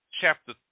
chapter